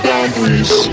Boundaries